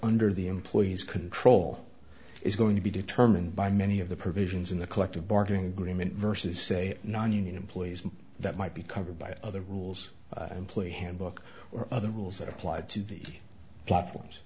under the employee's control is going to be determined by many of the provisions in the collective bargaining agreement versus say nonunion employees that might be covered by other rules employee handbook or other rules that are applied to the platforms